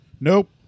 Nope